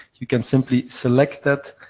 you can simply select that,